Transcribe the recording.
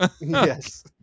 Yes